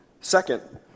Second